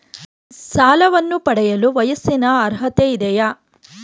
ಸಾಲವನ್ನು ಪಡೆಯಲು ವಯಸ್ಸಿನ ಅರ್ಹತೆ ಇದೆಯಾ?